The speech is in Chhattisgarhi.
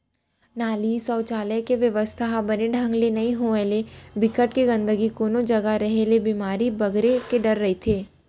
नाली, सउचालक के बेवस्था ह बने ढंग ले नइ होय ले, बिकट के गंदगी कोनो जघा रेहे ले बेमारी बगरे के डर रहिथे